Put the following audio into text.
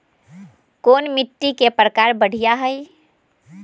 कोन मिट्टी के प्रकार बढ़िया हई?